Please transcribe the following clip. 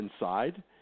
inside